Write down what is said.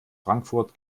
frankfurt